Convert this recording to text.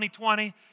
2020